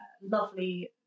lovely